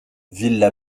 villa